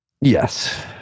Yes